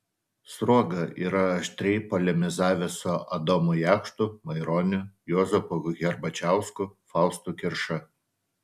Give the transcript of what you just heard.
sruoga yra aštriai polemizavęs su adomu jakštu maironiu juozapu herbačiausku faustu kirša